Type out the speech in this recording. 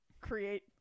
create